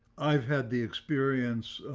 i've had the experience.